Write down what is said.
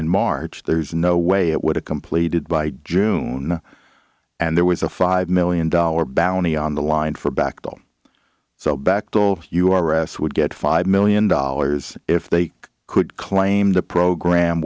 in march there's no way it would have completed by june and there was a five million dollar bounty on the line for backbone so back to you r s would get five million dollars if they could claim the program